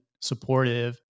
supportive